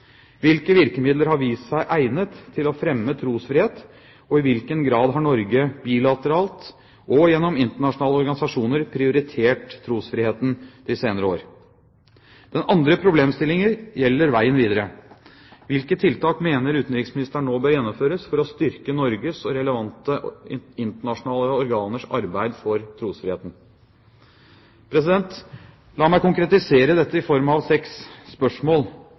Hvilke virkemidler har vist seg egnet til å fremme trosfrihet, og i hvilken grad har Norge bilateralt og gjennom internasjonale organisasjoner prioritert trosfriheten de senere år? Den andre problemstillingen gjelder veien videre. Hvilke tiltak mener utenriksministeren nå bør gjennomføres for å styrke Norges og relevante internasjonale organers arbeid for trosfriheten? La meg konkretisere dette i form av seks spørsmål,